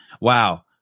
Wow